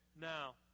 now